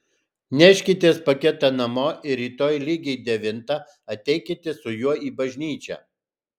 neškitės paketą namo ir rytoj lygiai devintą ateikite su juo į bažnyčią